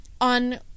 on